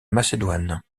macédoine